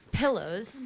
pillows